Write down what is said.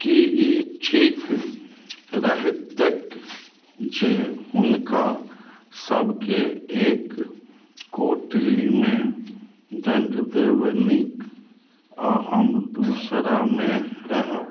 कि ई ठीक रहत जे हुनका सभकेँ एक कोठलीमे दऽ देबनि आओर हम दोसरमे रहब